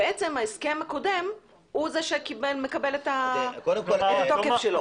ההסכם הקודם הוא זה שמקבל את התוקף שלו.